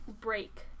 break